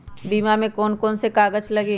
बीमा में कौन कौन से कागज लगी?